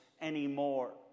anymore